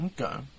Okay